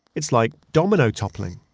it's like domino toppling,